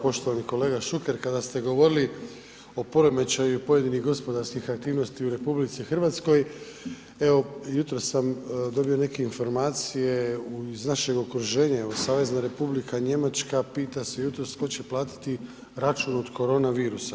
Poštovani kolega Šuker kada ste govorili o poremećaju pojedinih gospodarskih aktivnosti u RH evo jutros sam dobio neke informacije iz našeg okruženja, evo SR Njemačka pita se jutros tko će platiti račun od korona virusa.